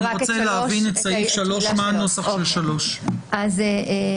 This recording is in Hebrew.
אני רוצה להבין את סעיף 3. את הנוסח של סעיף 3. בסדר.